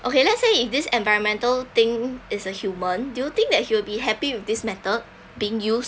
okay let's say if this environmental thing is a human do you think that he will be happy with this method being used